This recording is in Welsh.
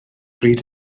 bryd